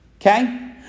okay